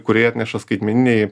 kurį atneša skaitmeniniai